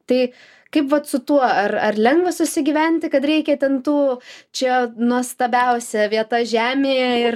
tai kaip vat su tuo ar ar lengva susigyventi kad reikia ten tų čia nuostabiausia vieta žemėje ir